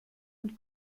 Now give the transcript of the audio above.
und